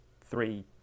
three